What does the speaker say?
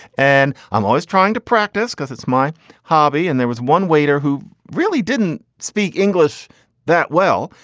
and i'm always trying to practice because it's my hobby. and there was one waiter who really didn't speak english that well.